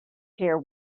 care